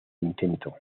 intento